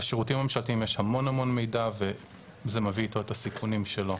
בשירותים הממשלתיים יש המון המון מידע וזה מביא איתו את הסיכונים שלו.